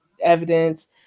evidence